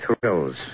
thrills